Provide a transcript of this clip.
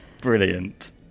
brilliant